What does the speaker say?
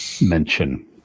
mention